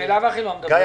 ממילא הם לא מדברים אתך.